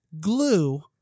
glue